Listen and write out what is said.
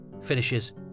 finishes